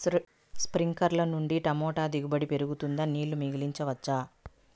స్ప్రింక్లర్లు నుండి టమోటా దిగుబడి పెరుగుతుందా? నీళ్లు మిగిలించవచ్చా?